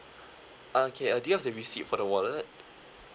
okay uh do you have the receipt for the wallet